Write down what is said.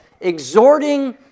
exhorting